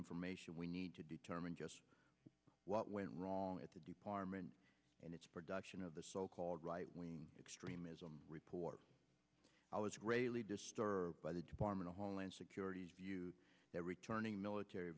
information we need to determine just what went wrong at the department and its production of the so called right wing extremism report i was greatly disturbed by the department of homeland security that returning military